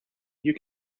you